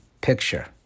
picture